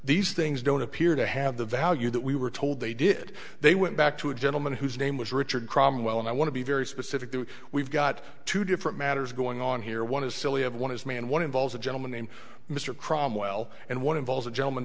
these things don't appear to have the value that we were told they did they went back to a gentleman whose name was richard cromwell and i want to be very specific that we've got two different matters going on here one is silly of one is me and one involves a gentleman named mr cromwell and one involves a gentleman